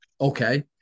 Okay